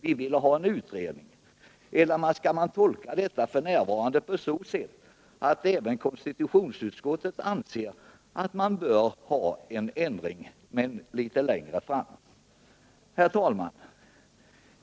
Vi ville ha en utredning. Kanske skall man tolka ”f.n.” på så sätt att även konsti tutionsutskottet anser att en ändring bör ske, men litet längre fram? Herr talman!